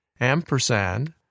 ampersand